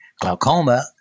glaucoma